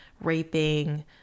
raping